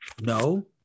no